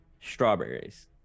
Strawberries